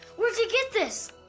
where'd you get this?